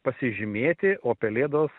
pasižymėti o pelėdos